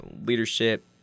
leadership